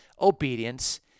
obedience